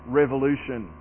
revolution